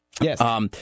Yes